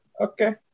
Okay